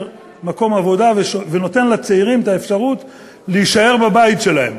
מקום עבודה ונותן לצעירים את האפשרות להישאר בבית שלהם.